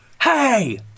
hey